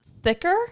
thicker